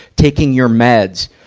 taking your meds.